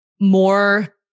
more